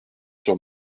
sur